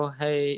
hey